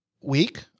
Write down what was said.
week